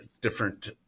different